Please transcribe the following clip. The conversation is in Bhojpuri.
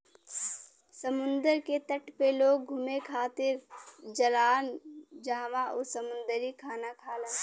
समुंदर के तट पे लोग घुमे खातिर जालान जहवाँ उ समुंदरी खाना खालन